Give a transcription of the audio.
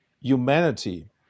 humanity